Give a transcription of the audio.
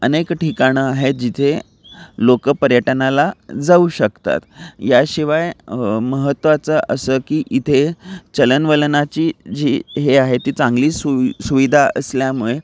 अनेक ठिकाणं आहेत आहे जिथे लोक पर्यटनाला जाऊ शकतात याशिवाय महत्त्वाचं असं की इथे चलनवलनाची जी हे आहे ती चांगली सुवि सुविधा असल्यामुळे